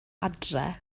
adre